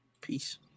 Peace